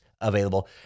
available